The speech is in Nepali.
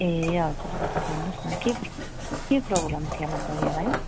ए हजुर हजुर भन्नुहोस् नि के प्रो के प्रोब्लम थियो होला भैयालाई